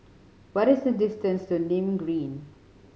what is the distance to Nim Green